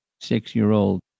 six-year-old